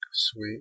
Sweet